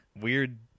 weird